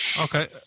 Okay